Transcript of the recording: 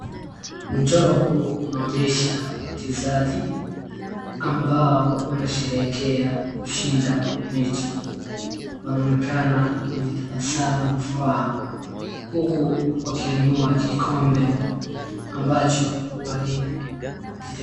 Mchoro huu unaonyesha wachezaji ambao wanasherehekea kushinda mechi, wanaonekana wenye tabasamu na furaha huku wakiinua kikombe ambacho wali...